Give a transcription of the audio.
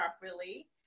properly